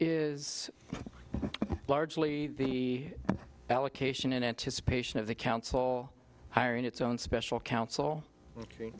is largely the allocation in anticipation of the council hiring its own special counsel ok